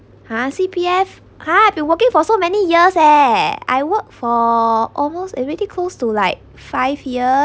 ha C_P_F ha I've been working for so many years eh I work for almost already close to like five year